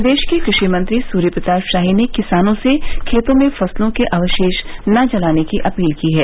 प्रदेश के कृषि मंत्री सूर्य प्रताप शाही ने किसानों से खेतों में फसलों के अवशेष न जलाने की अपील की है